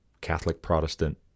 Catholic-Protestant